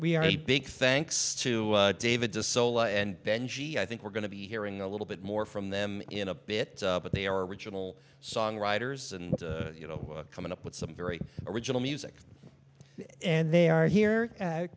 we are a big thanks to david de soleil and benji i think we're going to be hearing a little bit more from them in a bit but they are original songwriters and you know coming up with some very original music and they are here